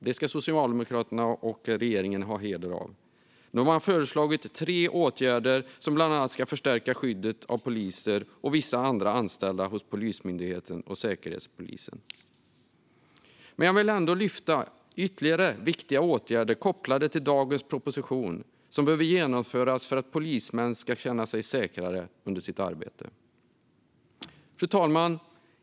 Det ska Socialdemokraterna och regeringen ha heder av. De har föreslagit tre åtgärder som bland annat ska förstärka skyddet för poliser och vissa andra anställda hos Polismyndigheten och Säkerhetspolisen. Men jag vill ändå lyfta ytterligare viktiga åtgärder kopplade till dagens proposition som behöver genomföras för att polismän ska känna sig säkrare under sitt arbete. Fru talman!